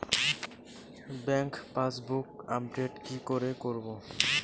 Bank passbook update কি করে করবো?